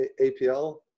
APL